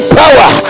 power